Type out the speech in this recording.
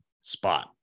spot